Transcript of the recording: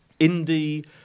Indie